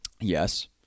Yes